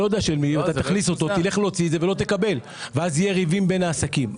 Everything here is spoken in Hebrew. תכניס את זה ולא תקבל ואז יהיו מריבות בין העסקים.